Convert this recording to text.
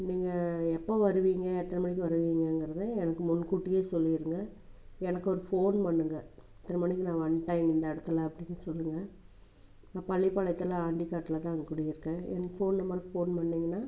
நீங்கள் எப்போ வருவீங்க எத்தனை மணிக்கு வருவிங்கங்கிறதை எனக்கு முன்கூட்டியே சொல்லியிருங்க எனக்கு ஒரு ஃபோன் பண்ணுங்கள் இத்தனை மணிக்கு நான் வந்துடேன் இந்த இடத்துல அப்படினு சொல்லுங்கள் நான் பள்ளிபாளையத்தில் ஆண்டிக்காட்டில் தாங்க குடி இருக்கேன் என் ஃபோன் நம்பருக்கு ஃபோன் பண்ணிங்கனால்